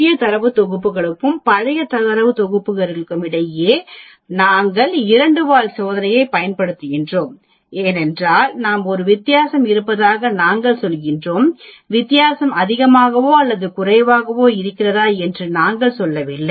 புதிய தரவுத் தொகுப்புக்கும் பழைய தரவுத் தொகுப்பிற்கும் இடையில் நாங்கள் இரண்டு வால் சோதனையைப் பயன்படுத்துகிறோம் ஏனென்றால் நாம் ஒரு வித்தியாசம் இருப்பதாக நாங்கள் சொல்கிறோம் வித்தியாசம் அதிகமாகவோ அல்லது குறைவாகவோ இருக்கிறதா என்று நாங்கள் சொல்லவில்லை